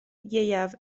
ieuaf